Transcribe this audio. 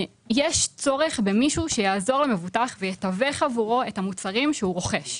יש צורך במישהו שיעזור למבוטח ויתווך עבורו את המוצרים שהוא רוכש.